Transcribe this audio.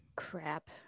Crap